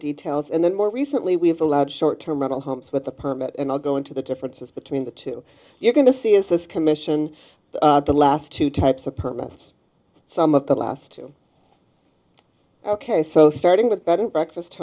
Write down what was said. details and then more recently we've allowed short term rental homes with the permit and i'll go into the differences between the two you're going to see is this commission the last two types apartments some of the last ok so starting with bed and breakfast